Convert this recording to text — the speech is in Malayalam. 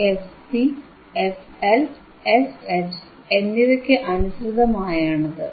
fc fL fH എന്നിവയ്ക്ക് അനുസൃതമായാണ് അത്